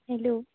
hello